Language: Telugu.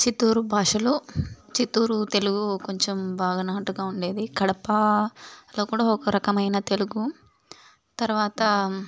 చిత్తూరు భాషలో చిత్తూరు తెలుగు కొంచెం బాగా నాటుగా ఉండేది కడప లో కూడా ఒకరకమైన తెలుగు తర్వాత